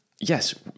yes